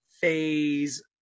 Phase